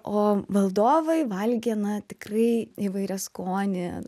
o valdovai valgė na tikrai įvairiaskonį